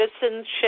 citizenship